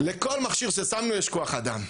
לכל מכשיר ששמנו יש כוח אדם.